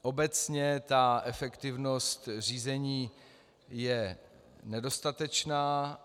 Obecně efektivnost řízení je nedostatečná.